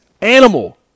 animal